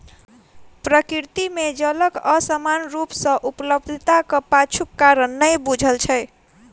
प्रकृति मे जलक असमान रूप सॅ उपलब्धताक पाछूक कारण नै बूझल छै